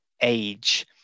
age